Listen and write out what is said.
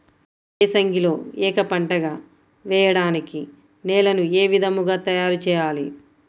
ఏసంగిలో ఏక పంటగ వెయడానికి నేలను ఏ విధముగా తయారుచేయాలి?